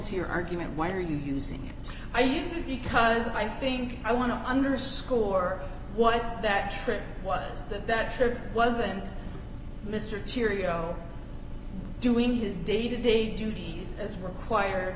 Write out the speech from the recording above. to your argument why are you using it i use it because i think i want to underscore what that trip was that that wasn't mr cheerio doing his day to day duties as required